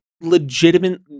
legitimate